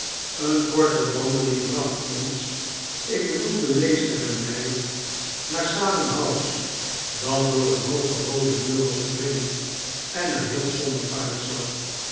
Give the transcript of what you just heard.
een korte wandeling bracht ons ik bedoel den meester en mij naar salem house dat door een hoogen rooden muur was omringd en er heel somber uitzag